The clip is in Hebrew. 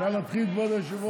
אפשר להתחיל, כבוד היושב-ראש?